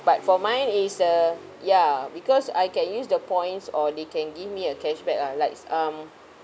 but for mine is the ya because I can use the points or they can give me a cashback ah likes um